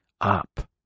up